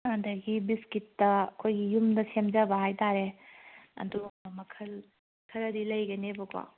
ꯑꯗꯒꯤ ꯕꯤꯁꯀꯤꯠꯇ ꯑꯩꯈꯣꯏꯒꯤ ꯌꯨꯝꯗ ꯁꯦꯝꯖꯕ ꯍꯥꯏꯇꯥꯔꯦ ꯑꯗꯨ ꯃꯈꯜ ꯈꯔꯗꯤ ꯂꯩꯒꯅꯦꯕꯀꯣ